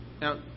Now